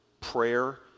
prayer